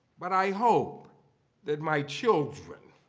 but i hope that my children